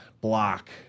block